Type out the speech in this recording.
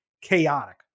chaotic